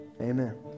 amen